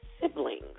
siblings